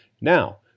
Now